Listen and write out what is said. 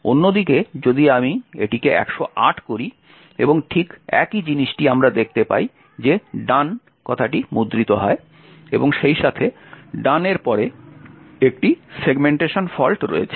অন্যদিকে যদি আমি এটিকে 108 করি এবং ঠিক একই জিনিসটি আমরা দেখতে পাই যে done মুদ্রিত হয় এবং সেইসাথে done এর পরে একটি সেগমেন্টেশন ফল্ট রয়েছে